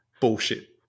bullshit